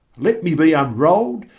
let me be unrolled,